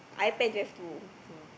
two